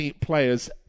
players